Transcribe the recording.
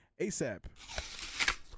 ASAP